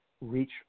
reach